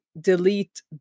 delete